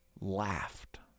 laughed